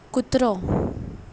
कुत्रो